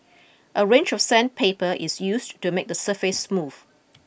a range of sandpaper is used to make the surface smooth